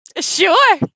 Sure